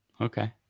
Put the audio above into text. Okay